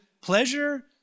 pleasure